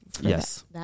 Yes